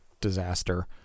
disaster